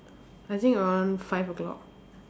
I think around five o-clock